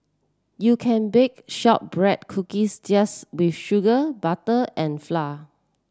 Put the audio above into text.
you can bake shortbread cookies just with sugar butter and flour